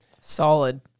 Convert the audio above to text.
Solid